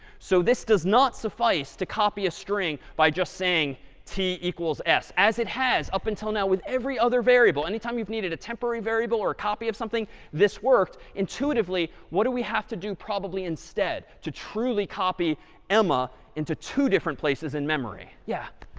so this does not suffice to copy a string by just saying t equals s, as it has up until now with every other variable. any time you've needed a temporary variable or a copy of something this worked. intuitively, what do we have to do probably instead to truly copy emma into two different places in memory? yeah.